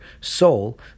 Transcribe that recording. soul